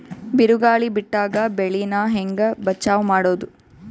ಬಿರುಗಾಳಿ ಬಿಟ್ಟಾಗ ಬೆಳಿ ನಾ ಹೆಂಗ ಬಚಾವ್ ಮಾಡೊದು?